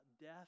death